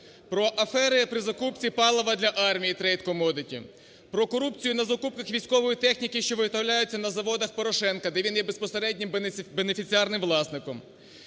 про афери при закупці палива для армії "Трейд Комодіті", про корупцію на закупках військової техніки, що виготовляється на заводах Порошенка, де він є безпосереднім бенефіціарним власником;